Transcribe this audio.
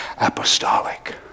apostolic